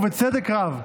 ובצדק רב,